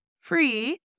free